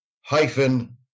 hyphen